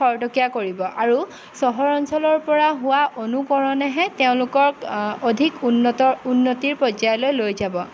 খৰতকীয়া কৰিব আৰু চহৰ অঞ্চলৰ পৰা হোৱা অনুকৰণেহে তেওঁলোকক অধিক উন্নতৰ উন্নতিৰ পৰ্যায়লৈ লৈ যাব